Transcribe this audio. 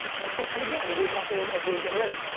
and again, we were talking as we were getting ready,